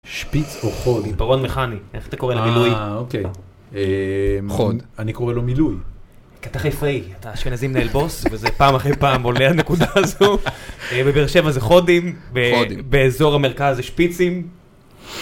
‫שפיץ או חודים? ‫-עפרון מכני, איך אתה קורא למילוי? ‫-אה, אוקיי. ‫חוד. ‫-אני קורא לו מילוי. ‫אתה חיפאי, אתה אשכנזי מנהל בוס, ‫וזה פעם אחרי פעם עולה את הנקודה הזו. ‫בבאר שבע זה חודים, ‫באזור המרכז זה שפיצים.